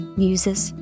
muses